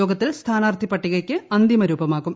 യോഗത്തിൽ സ്ഥാനാർത്ഥി പട്ടികയ്ക്ക് അന്തിമരൂപമാകും